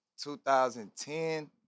2010